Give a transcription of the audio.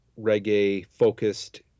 reggae-focused